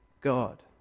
God